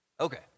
Okay